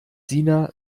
sina